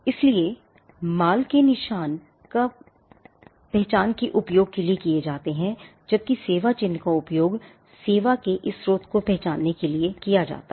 इसलिए माल के निशान माल को पहचानने के लिए उपयोग किए जाते हैं जबकि सेवा चिह्न का उपयोग सेवा के इस स्रोत को पहचानने के लिए किया जाता है